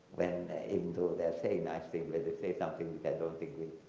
went into their say nice thing with the say something that don't agree,